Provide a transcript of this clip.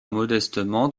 modestement